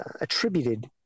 attributed